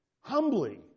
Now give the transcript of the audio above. Humbly